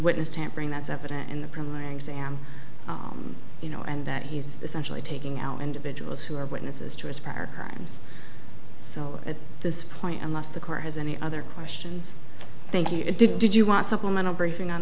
witness tampering that's evident in the primaries am you know and that he's essentially taking out individuals who are witnesses to his prior crimes so at this point unless the car has any other questions thank you did you want supplemental briefing on